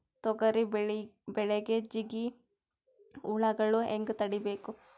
ತೊಗರಿ ಬೆಳೆಗೆ ಜಿಗಿ ಹುಳುಗಳು ಹ್ಯಾಂಗ್ ತಡೀಬೇಕು?